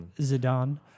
Zidane